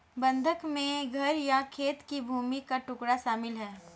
बंधक में घर या खेत की भूमि का टुकड़ा शामिल है